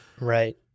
Right